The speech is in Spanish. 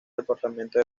departamento